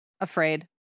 Afraid